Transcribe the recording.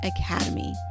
academy